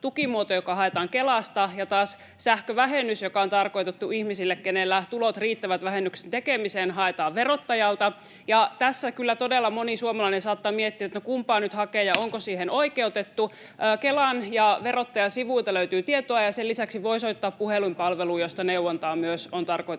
tukimuoto, joka haetaan Kelasta, ja taas sähkövähennys, joka on tarkoitettu ihmisille, kenellä tulot riittävät vähennyksen tekemiseen, haetaan verottajalta. Tässä kyllä todella moni suomalainen saattaa miettiä, että kumpaa nyt hakee ja onko siihen oikeutettu. Kelan ja verottajan sivuilta löytyy tietoa, ja sen lisäksi voi soittaa puhelinpalveluun, josta neuvontaa myös on tarkoitus